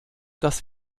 dass